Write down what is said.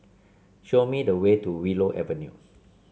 show me the way to Willow Avenue